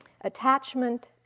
attachment